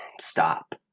Stop